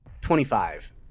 Twenty-five